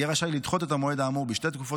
יהיה רשאי לדחות את המועד האמור בשתי תקופות